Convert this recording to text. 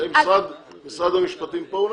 משרד המשפטים פה?